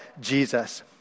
Jesus